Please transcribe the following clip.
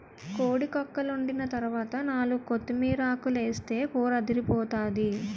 కోడి కక్కలోండిన తరవాత నాలుగు కొత్తిమీరాకులేస్తే కూరదిరిపోతాది